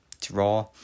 draw